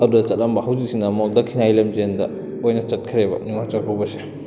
ꯑꯗꯨꯗ ꯆꯠꯂꯝꯕ ꯍꯧꯖꯤꯛꯁꯤꯅ ꯑꯃꯨꯛ ꯗꯈꯤꯅꯥꯒꯤ ꯂꯝꯖꯦꯟꯗ ꯑꯣꯏꯅ ꯆꯠꯈ꯭ꯔꯦꯕ ꯅꯤꯡꯉꯣꯜ ꯆꯥꯛꯀꯧꯕꯁꯦ